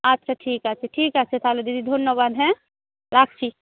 আচ্ছা ঠিক আছে ঠিক আছে তাহলে দিদি ধন্যবাদ হ্যাঁ রাখছি